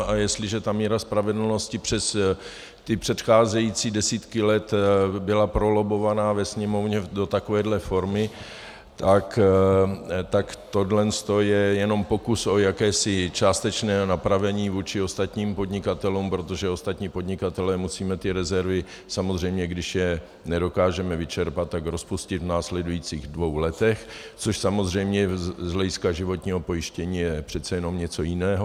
A jestliže ta míra spravedlnosti přes předcházející desítky let byla prolobbovaná ve Sněmovně do takovéhle formy, tak tohleto je jenom pokus o jakési částečné napravení vůči ostatním podnikatelům, protože ostatní podnikatelé musíme ty rezervy samozřejmě, když je nedokážeme vyčerpat, rozpustit v následujících dvou letech, což samozřejmě z hlediska životního pojištění je přece jenom něco jiného.